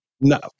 No